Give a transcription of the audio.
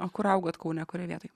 o kur augot kaune kurioj vietoj